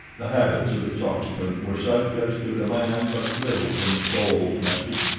the habits of its occupant were such as to demand but little from the sole domestic,